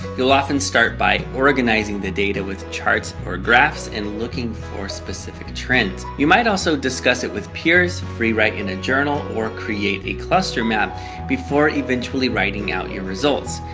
you'll often start by organizing the data with charts or graphs and looking for specific trends. you might also discuss it with peers, free write in a journal, or create a cluster map before eventually writing out your results.